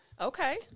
Okay